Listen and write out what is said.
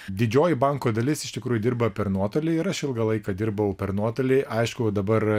didžioji banko dalis iš tikrųjų dirba per nuotolį ir aš ilgą laiką dirbau per nuotolį aišku dabar